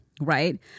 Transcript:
right